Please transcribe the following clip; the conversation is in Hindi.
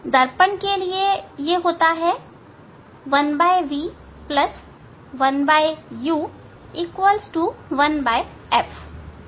दर्पण के लिए यह है 1v 1u1f ठीक है